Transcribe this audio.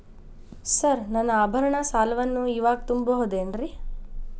Sir ನನ್ನ ಆಭರಣ ಸಾಲವನ್ನು ಇವಾಗು ತುಂಬ ಬಹುದೇನ್ರಿ?